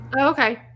Okay